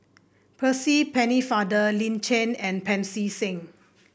Percy Pennefather Lin Chen and Pancy Seng